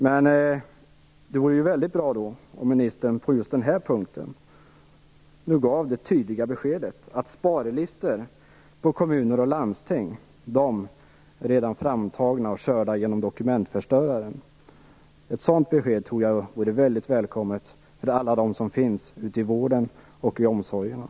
Men då vore det väldigt bra om ministern på just den här punkten gav det tydliga beskedet att sparlistor för kommuner och landsting redan är framtagna och körda genom en dokumentförstörare. Ett sådant besked tror jag vore mycket välkommet för alla dem som finns ute i vården och i omsorgerna.